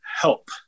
help